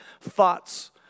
thoughts